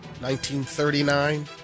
1939